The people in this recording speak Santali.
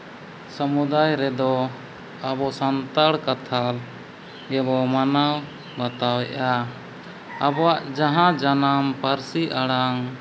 ᱥᱚᱢᱩᱫᱟᱭ ᱨᱮᱫᱚ ᱟᱵᱚ ᱥᱟᱱᱛᱟᱲ ᱠᱟᱛᱷᱟ ᱜᱮᱵᱚ ᱢᱟᱱᱟᱣ ᱵᱟᱛᱟᱣᱮᱫᱼᱟ ᱟᱵᱚᱣᱟᱜ ᱡᱟᱦᱟᱸ ᱡᱟᱱᱟᱢ ᱯᱟᱹᱨᱥᱤ ᱟᱲᱟᱝ